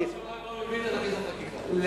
כל